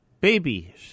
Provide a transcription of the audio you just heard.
baby